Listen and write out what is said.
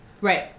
Right